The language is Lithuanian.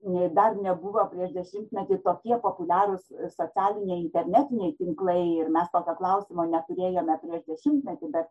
dar nebuvo prieš dešimtmetį tokie populiarūs socialiniai internetiniai tinklai ir mes tokio klausimo neturėjome prieš dešimtmetį bet